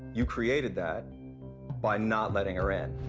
you created that by not letting her in.